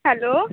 hello